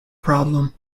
problem